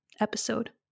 episode